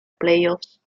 playoffs